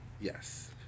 Yes